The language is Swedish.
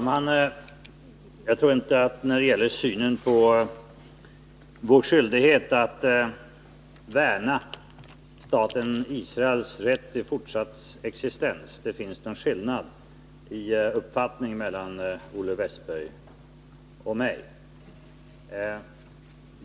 Herr talman! När det gäller synen på vår skyldighet att värna staten Israels rätt till fortsatt existens tror jag inte att det finns någon skillnad i uppfattning mellan Olle Wästberg och mig.